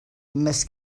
mes